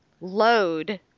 load